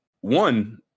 one